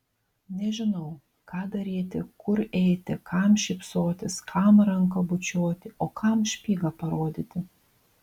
nežinau ką daryti kur eiti kam šypsotis kam ranką bučiuoti o kam špygą parodyti